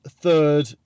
third